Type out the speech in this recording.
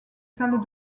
salles